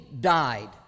died